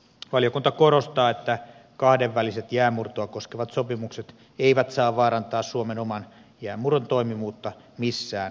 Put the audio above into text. valiokunta korostaa että kahdenväliset jäänmurtoa koskevat sopimukset eivät saa vaarantaa suomen oman jäänmurron toimivuutta missään olosuhteissa